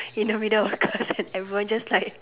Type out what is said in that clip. in the middle of the class and everyone just like